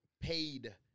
paid